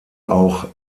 auch